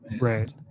Right